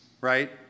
right